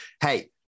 hey